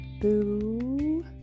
Boo